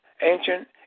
Ancient